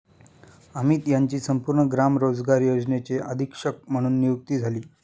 अमित यांची संपूर्ण ग्राम रोजगार योजनेचे अधीक्षक म्हणून नियुक्ती झाली